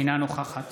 אינה נוכחת